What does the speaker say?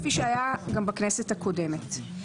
כפי שהיה גם בכנסת הקודמת.